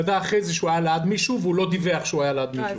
לאחר מכן שהוא היה ליד מישהו והוא לא דיווח שהוא היה ליד מישהו.